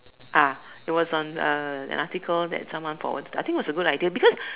ah it was on uh an article that someone forward I think it was a good idea because